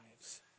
lives